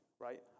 right